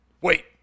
Wait